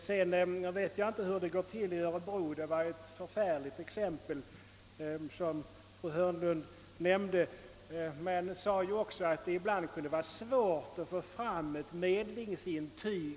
Jag vet inte hur det går till i Borås — fru Hörnlund tog ju upp ett förfärligt exempel. Hon angav också att det ibland kan vara svårt att få fram ett medlingsintyg.